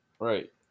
right